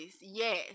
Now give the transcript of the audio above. yes